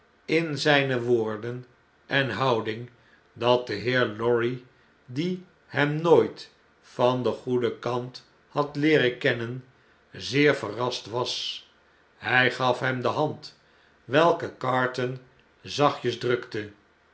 in zgne woorden en houding dat de heer lorry die hem nooit van den goeden kant had leeren kennen zeer verrast was hg gaf hem de hand welke carton zachtjes drukte